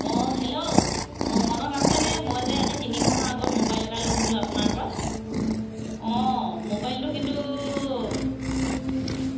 অঁ হেল্ল' অঁ মনত আছেনে মই যে আজি তিনি মাহৰ আগত মোবাইল এটা লৈছিলোঁ আপোনাৰ পৰা অঁ মোবাইলটো কিন্তু